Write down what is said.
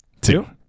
Two